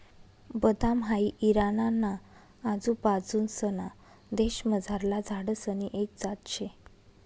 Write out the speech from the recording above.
बदाम हाई इराणा ना आजूबाजूंसना देशमझारला झाडसनी एक जात शे